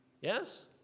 Yes